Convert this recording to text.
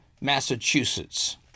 Massachusetts